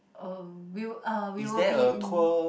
oh we will uh we will be in